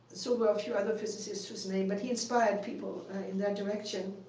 so but a few other physicists, whose name but, he inspired people in that direction.